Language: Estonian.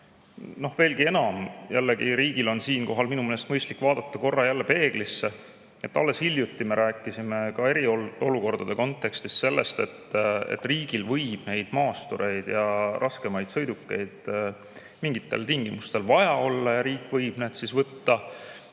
Veelgi enam, riigil on siinkohal minu meelest jällegi mõistlik vaadata korra peeglisse. Alles hiljuti me rääkisime ka eriolukordade kontekstis sellest, et riigil võib maastureid ja raskemaid sõidukeid mingitel tingimustel vaja olla ja riik võib need siis nende